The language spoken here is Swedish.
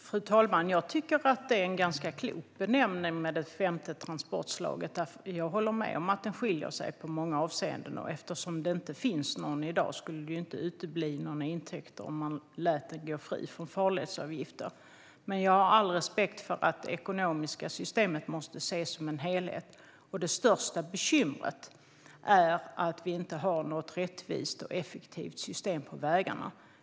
Fru talman! Jag tycker att det femte transportslaget är en ganska klok benämning. Jag håller med om att det skiljer sig i många avseenden. Eftersom det inte finns något i dag skulle det inte utebli några intäkter om man lät det gå fritt från farledsavgifter. Jag har all respekt för att det ekonomiska systemet måste ses som en helhet. Det största bekymret är att vi inte har något rättvist och effektivt system på vägarna.